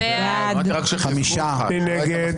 מי נגד?